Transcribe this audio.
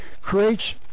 creates